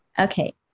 Okay